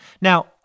Now